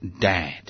dad